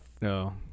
No